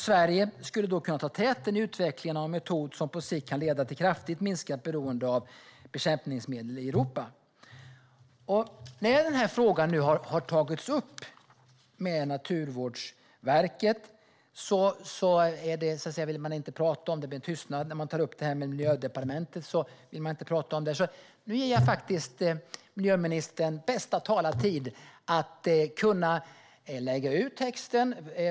Sverige skulle kunna ta täten när det gäller utvecklingen av en metod som på sikt kan leda till ett kraftigt minskat beroende av bekämpningsmedel i Europa. När frågan har tagits upp med Naturvårdsverket vill de inte prata om det. Det bemöts med tystnad. När det tas upp med Miljödepartementet vill de inte prata om det. Nu ger jag miljöministern möjligheten att på bästa talartid lägga ut texten.